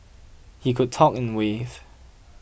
he could talk and wave